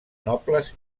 nobles